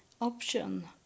option